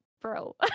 bro